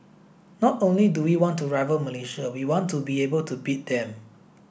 not only do we want to rival Malaysia we want to be able to beat them